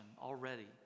already